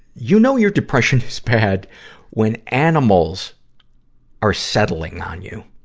you know your depression is bad when animals are settling on you.